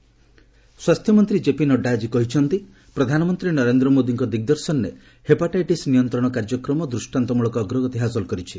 ନଡ୍ଡା ସ୍ୱାସ୍ଥ୍ୟମନ୍ତ୍ରୀ ଜେପି ନଡ୍ଜା ଆଜି କହିଛନ୍ତି ପ୍ରଧାନମନ୍ତ୍ରୀ ନରେନ୍ଦ୍ର ମୋଦିଙ୍କ ଦିଗ୍ଦର୍ଶନରେ ହେପାଟାଇଟିସ୍ ନିୟନ୍ତ୍ରଣ କାର୍ଯ୍ୟକ୍ରମ ଦୃଷ୍ଟାନ୍ତମଳକ ଅଗ୍ରଗତି ହାସଲ କରିଛି